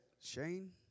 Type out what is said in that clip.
Shane